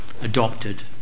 adopted